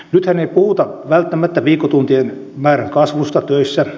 nythän ei puhuta välttämättä viikkotuntimäärän kasvusta töissä